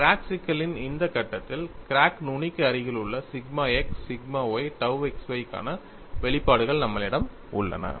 crack சிக்கலின் இந்த கட்டத்தில் கிராக் நுனிக்கு அருகிலுள்ள sigma x sigma y tau xy க்கான வெளிப்பாடுகள் நம்மளிடம் உள்ளன